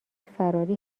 فراری